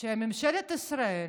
שממשלת ישראל